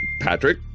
Patrick